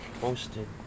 posted